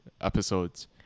episodes